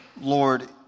Lord